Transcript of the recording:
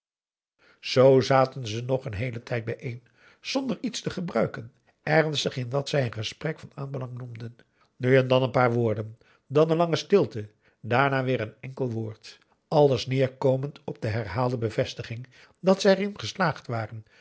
zoo zaten ze nog een heelen tijd bijeen zonder iets te gebruiken ernstig in wat zij een gesprek van aanbelang noemden nu en dan een paar woorden dan een lange stilte daarna weer een enkel woord alles neerkomend op de herhaalde bevestiging dat zij erin geslaagd waren